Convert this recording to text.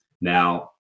Now